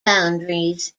boundaries